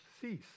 cease